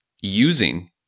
using